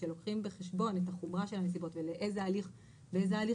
כשלוקחים בחשבון את החומרה של הנסיבות ובאיזה הליך לפעול,